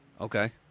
Okay